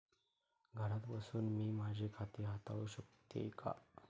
घरात बसून मी माझे खाते हाताळू शकते का?